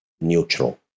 neutral